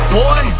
boy